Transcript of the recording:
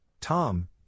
Tom